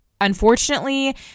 unfortunately